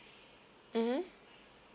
mmhmm